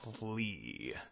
Lee